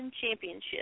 Championship